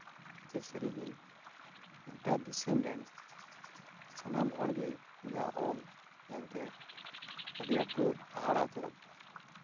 ᱥᱟᱹᱨᱤᱜᱮ ᱜᱳᱴᱟ ᱫᱤᱥᱚᱢ ᱨᱮᱱ ᱦᱚᱲ ᱩᱱᱤᱭᱟᱜ ᱚᱞ ᱧᱮᱞᱛᱮ ᱦᱟᱦᱟᱲᱟᱜ ᱩᱛᱟᱹᱨᱚᱜ ᱠᱟᱱᱟ